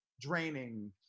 draining